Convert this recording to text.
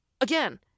again